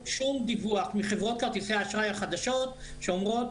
דיווח מחברות כרטיסי האשראי החדשות שאומרות,